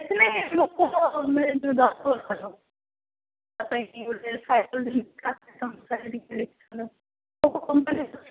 କିଛି ନାହିଁ କେଉଁ କମ୍ପାନୀର